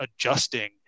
adjusting